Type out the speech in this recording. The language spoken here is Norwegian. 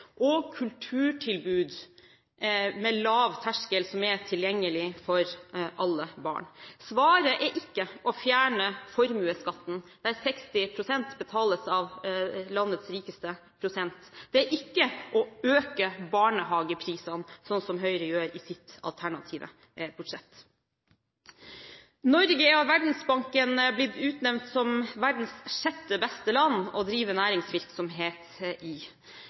og kulturtilbud med lav terskel, som er tilgjengelig for alle barn. Svaret er ikke å fjerne formuesskatten, der 60 pst. betales av landets rikeste prosent, det er ikke å øke barnehageprisene, slik Høyre gjør i sitt alternative budsjett. Norge er av Verdensbanken blitt utnevnt som verdens sjette beste land å drive næringsvirksomhet i.